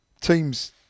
teams